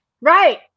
Right